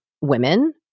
women